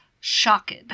shocked